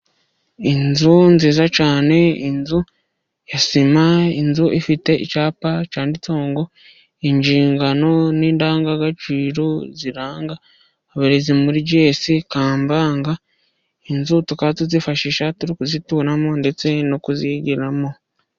Inzu nziza cyane, inzu ya sima, inzu ifite icyapa cyanditseho ngo inshingano n'indangagaciro ziranga uburezi muri Gs kampanga, inzu tukaba tuzifashisha turi kuzituramo ndetse no kuzigiramo.